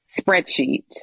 spreadsheet